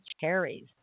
cherries